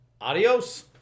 Adios